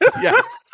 yes